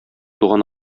туган